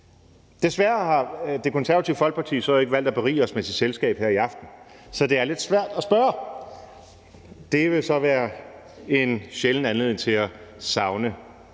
Desværre har Det Konservative Folkeparti så ikke valgt at berige os med sit selskab her i aften, så det er lidt svært at spørge om det. Det vil så være en sjælden anledning til at savne